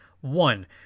one